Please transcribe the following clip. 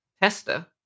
tester